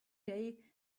day